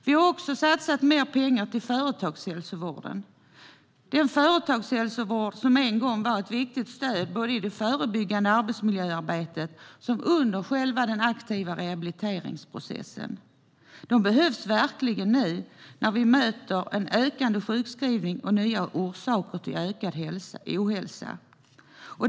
Vi har också satsat mer pengar på företagshälsovården, den företagshälsovård som en gång var ett viktigt stöd både i det förebyggande arbetsmiljöarbetet och under den aktiva rehabiliteringsprocessen. De behövs verkligen nu, när vi möter en ökande sjukskrivning och nya orsaker till ökad ohälsa.